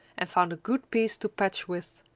and found a good piece to patch with.